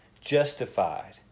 justified